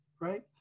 right